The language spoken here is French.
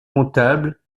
comptable